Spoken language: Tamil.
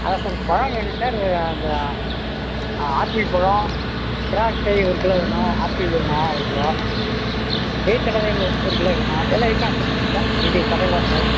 அதான் சார் பழம் வேணும் சார் அந்த ஆப்பிள் பழம் திராட்சை ஒரு கிலோ வேணும் ஆப்பிள் வேணும் ஒரு கிலோ வேர்க்கடலை ஒ ஒரு கிலோ வேணும் எல்லாம் இருக்காங்க சார் வீட்டில் இது கடையில் சாரி